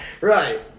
Right